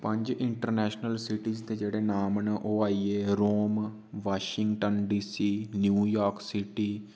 पंज international cities दे जेह्ड़े नाम न ओह् आई गे Rome Washington DC New York city